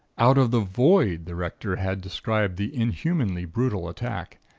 out of the void the rector had described the inhumanly brutal attack.